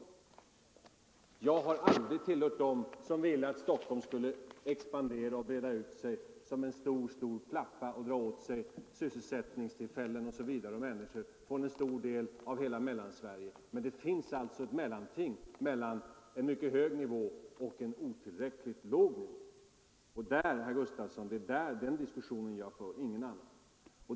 Jag har aldrig tillhört dem som ansett att Stockholm borde expandera och breda ut sig som en stor blaffa och dra åt sig sysselsättningstillfällen och människor från en stor del av Mellansverige. Men det finns alltså ett mellanting mellan en mycket hög nivå och en mycket låg, otillräcklig nivå. Det är den diskussionen jag för, herr Gustavsson - ingenting annat!